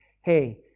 Hey